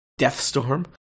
Deathstorm